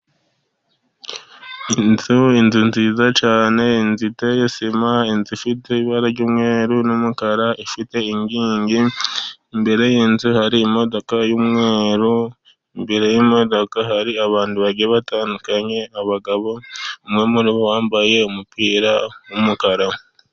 Inzu, inzu nziza cyane, inzu iteye sima, inzu ifite ibara ry'umweru n'umukara, ifite inkingi, imbere y'inzu hari imodoka y'umweru, imbere hari abantu bagiye batandukanye, abagabo, umwe muri bo wambaye umupira w'umukara.